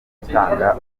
gutanga